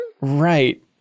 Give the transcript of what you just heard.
Right